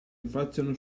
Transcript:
affacciano